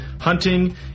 hunting